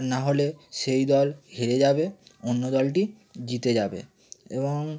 নাহলে সেই দল হেরে যাবে অন্য দলটি জিতে যাবে এবং